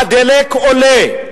מחיר הדלק עולה,